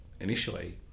initially